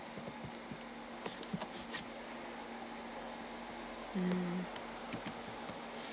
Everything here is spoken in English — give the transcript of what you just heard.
mm